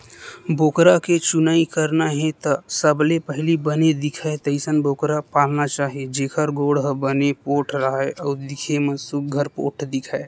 बोकरा के चुनई करना हे त सबले पहिली बने दिखय तइसन बोकरा पालना चाही जेखर गोड़ ह बने पोठ राहय अउ दिखे म सुग्घर पोठ दिखय